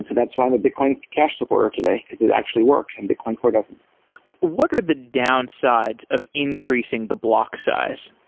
that's why i'm a bitcoin cash supporter today, because it actually works and bitcoin core doesn't what are the downsides of increasing the block size?